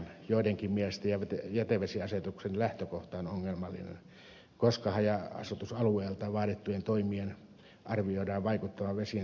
joidenkin mielestä jätevesiasetuksen lähtökohta on ongelmallinen koska haja asutusalueilta vaadittujen toimien arvioidaan vaikuttavan vesien tilaan varsin vähän